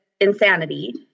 insanity